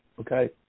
okay